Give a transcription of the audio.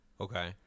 Okay